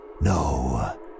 No